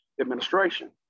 administration